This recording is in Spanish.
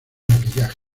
maquillaje